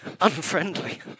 unfriendly